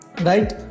right